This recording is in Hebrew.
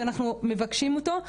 ואנחנו מבקשים ודורשים אותו,